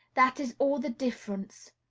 that is all the difference.